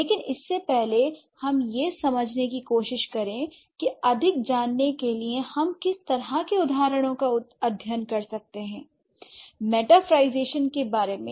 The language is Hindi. लेकिन इससे पहले हम यह समझने की कोशिश करें कि अधिक जानने के लिए हम किस तरह के उदाहरणों का अध्ययन कर सकते हैं मेटाफरlईजेशन के बारे में